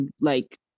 like-